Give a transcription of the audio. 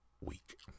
week